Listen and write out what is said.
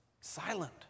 silent